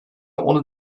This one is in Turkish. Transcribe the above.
onu